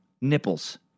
nipples